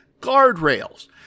guardrails